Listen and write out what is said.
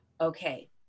Okay